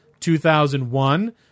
2001